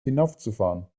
hinaufzufahren